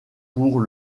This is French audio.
pour